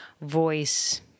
voice